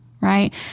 right